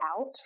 out